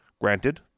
Granted